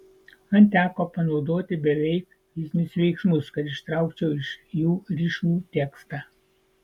man teko panaudoti beveik fizinius veiksmus kad ištraukčiau iš jų rišlų tekstą